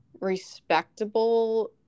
respectable